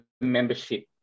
membership